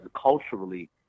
culturally